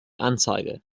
anzeige